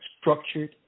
structured